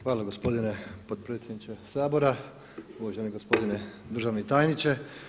Hvala gospodine potpredsjedniče Sabora, uvaženi gospodine državni tajniče.